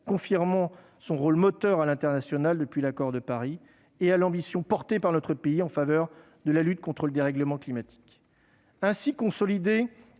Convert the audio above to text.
confirmant son rôle moteur à l'international depuis l'accord de Paris et l'ambition portée par notre pays en faveur de la lutte contre le dérèglement climatique. Ainsi consolidée,